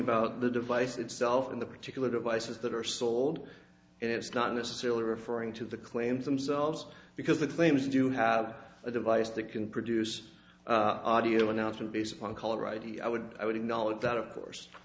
about the device itself and the particular devices that are sold and it's not necessarily referring to the claims themselves because the claims do have a device that can produce audio announcement based on caller id i would i would acknowledge that of course